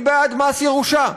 אני בעד מס ירושה,